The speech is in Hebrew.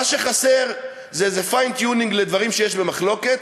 מה שחסר זה איזה fine-tuning לדברים שבמחלוקת.